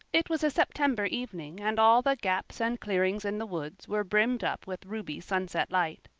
it was a september evening and all the gaps and clearings in the woods were brimmed up with ruby sunset light.